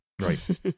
Right